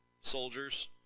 soldiers